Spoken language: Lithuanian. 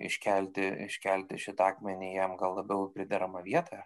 iškelti iškelti šitą akmenį į jam gal labiau prideramą vietą